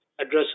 address